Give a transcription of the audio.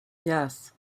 yes